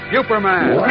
Superman